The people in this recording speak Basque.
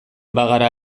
bagara